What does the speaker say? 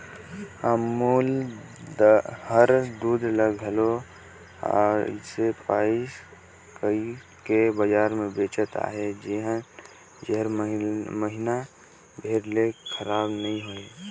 अमूल हर दूद ल घलो अइसे पएक कइर के बजार में बेंचत अहे जेहर महिना भेर ले खराब नी होए